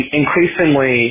increasingly